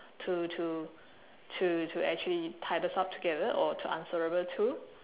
to to to to actually tie this up together or to answerable to